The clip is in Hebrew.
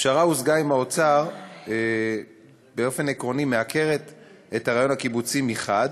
הפשרה שהושגה עם האוצר באופן עקרוני לא מעקרת את הרעיון הקיבוצי מחד,